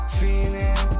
feeling